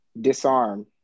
disarm